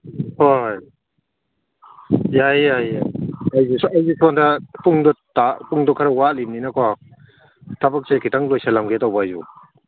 ꯍꯣꯏ ꯌꯥꯏ ꯌꯥꯏꯌꯦ ꯑꯩꯁꯨ ꯁꯣꯝꯗ ꯄꯨꯡꯗꯣ ꯄꯨꯡꯗꯣ ꯈꯔ ꯋꯥꯠꯂꯤꯝꯅꯤꯅꯀꯣ ꯊꯕꯛꯁꯦ ꯈꯤꯇꯪ ꯂꯣꯏꯁꯤꯜꯂꯝꯒꯦ ꯇꯧꯕ ꯑꯩꯁꯨ